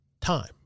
time